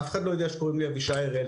אף אחד לא יודע שקוראים לי אבישי הראל.